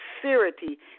sincerity